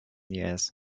years